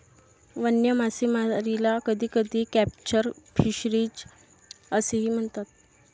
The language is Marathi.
वन्य मासेमारीला कधीकधी कॅप्चर फिशरीज असेही म्हणतात